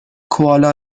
کوالا